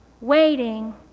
waiting